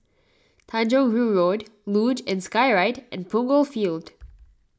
Tanjong Rhu Road Luge and Skyride and Punggol Field